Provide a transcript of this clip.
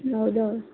नऊ दहा वा